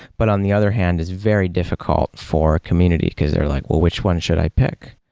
but on the other hand is very difficult for a community because they're like, which one should i pick?